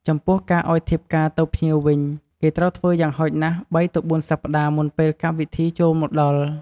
ចំពោះការឱ្យធៀបការទៅភ្ញៀវវិញ គេត្រូវធ្វើយ៉ាងហោចណាស់ ៣ ទៅ ៤សប្ដាហ៍មុនពេលកម្មវិធីចូលមកដល់។